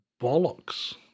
bollocks